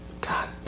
God